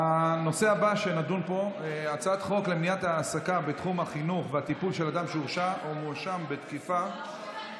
אני מודיע שהצעת החוק ההוצאה לפועל (תיקון,